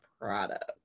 products